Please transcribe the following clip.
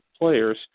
players